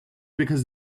because